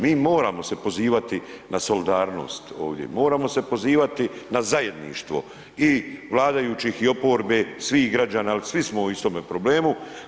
Mi moramo se pozivati na solidarnost ovdje, moramo se pozivati na zajedništvo i vladajućih i oporbe, svih građana, al svi smo u istome problemu.